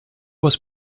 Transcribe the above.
was